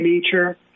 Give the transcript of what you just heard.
nature